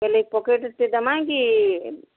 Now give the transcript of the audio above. boil ପ୍ୟାକେଟ୍ଟେ ଦମା କି